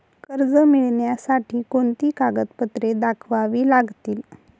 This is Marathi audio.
कर्ज मिळण्यासाठी कोणती कागदपत्रे दाखवावी लागतील?